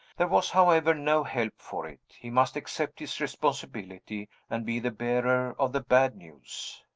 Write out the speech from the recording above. there was, however, no help for it he must accept his responsibility, and be the bearer of the bad news.